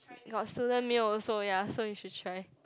got student meal also ya so you should try